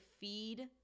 feed